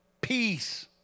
peace